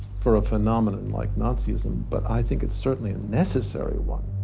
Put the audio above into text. for a phenomenon like nazism, but i think it's certainly a necessary one.